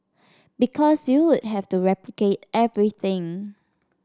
because you would have to replicate everything